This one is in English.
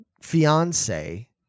fiance